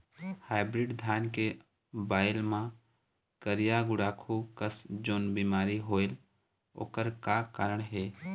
Hybrid धान के बायेल मां करिया गुड़ाखू कस जोन बीमारी होएल ओकर का कारण हे?